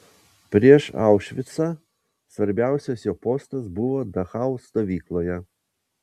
prieš aušvicą svarbiausias jo postas buvo dachau stovykloje